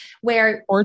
where-